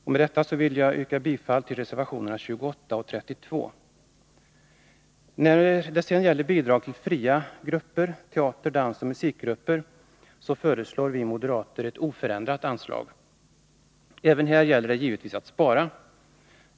Med detta vill jag yrka bifall till reservationerna 28 och 32. När det sedan gäller bidrag till fria teater-, dansoch musikgrupper föreslår vi moderater ett oförändrat anslag. Även här gäller det givetvis att spara.